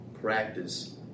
practice